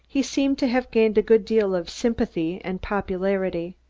he seemed to have gained a good deal of sympathy and popularity.